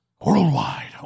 worldwide